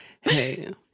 hey